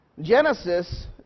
Genesis